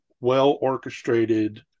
well-orchestrated